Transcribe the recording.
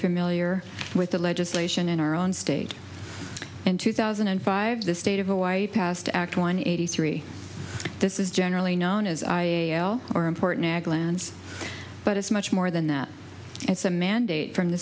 familiar with the legislation in our own state in two thousand and five the state of hawaii passed act one eighty three this is generally known as i or important ag lands but it's much more than that it's a mandate from the